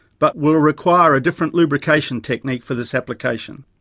but will require a different lubrication technique for this application.